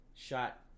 Shot